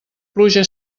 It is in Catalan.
pluja